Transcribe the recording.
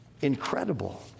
Incredible